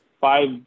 five